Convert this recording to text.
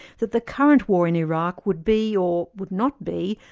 that the current war in iraq would be, or would not be,